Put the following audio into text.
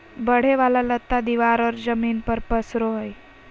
बढ़े वाला लता दीवार और जमीन पर पसरो हइ